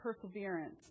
perseverance